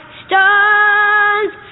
stars